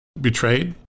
betrayed